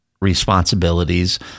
responsibilities